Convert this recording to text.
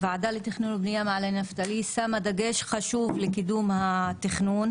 הוועדה לתכנון ובנייה מעלה נפתלי שמה דגש חשוב לקידום התכנון.